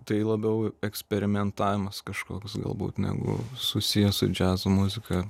tai labiau eksperimentavimas kažkoks galbūt negu susiję su džiazo muzika